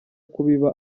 kubiba